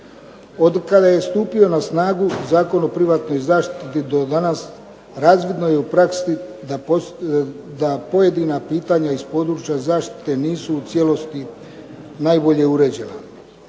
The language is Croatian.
Otkada je stupio na snagu Zakon o privatnoj zaštiti do danas razvidno je u praksi da pojedina pitanja iz područja zaštite nisu u cijelosti najbolje uređena.